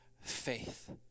faith